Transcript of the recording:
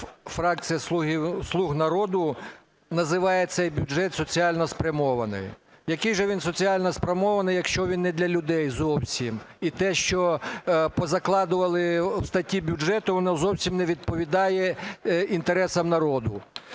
фракція "Слуг народу" називає цей бюджет соціально спрямованим. Який же він соціально спрямований, якщо він не для людей зовсім. І те, що позакладували у статті бюджету, воно зовсім не відповідає інтересам народу.